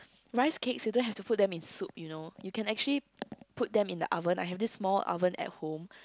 rice cakes you don't have to put them in soup you know you can actually put them in the oven I have this small oven at home